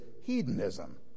hedonism